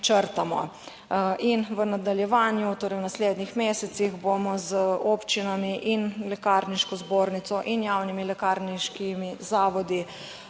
in v nadaljevanju, torej v naslednjih mesecih bomo z občinami in lekarniško zbornico in javnimi lekarniškimi zavodi